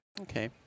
Okay